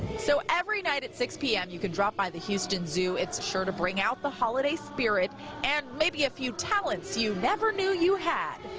so every night at six zero p m. you can drop by the houston zoo. it's sure to bring out the holiday spirit and maybe a few talents you never knew you had.